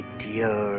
dear